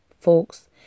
folks